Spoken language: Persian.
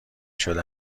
شده